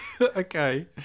Okay